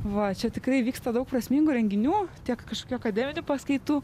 va čia tikrai vyksta daug prasmingų renginių tiek kažkokių akademikų paskaitų